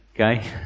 okay